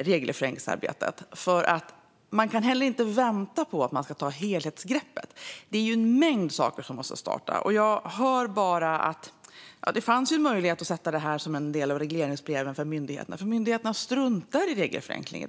regelförenklingsarbetet. Man kan heller inte vänta på att man ska ta helhetsgreppet. Det är en mängd saker som måste starta. Det fanns en möjlighet att sätta det som en del av regleringsbreven för myndigheterna. Myndigheterna struntar i dag i regelförenkling.